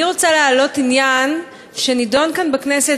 אני רוצה להעלות עניין שנדון כאן בכנסת